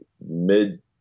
mid